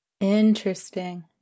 interesting